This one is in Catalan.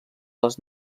les